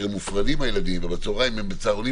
הילדים מופרדים ובצהריים הם ביחד בצהרונים